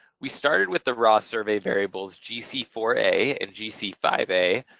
we started with the raw survey variables g c four a and g c five a,